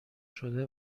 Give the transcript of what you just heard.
شده